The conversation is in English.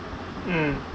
mm